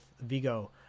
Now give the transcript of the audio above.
Vigo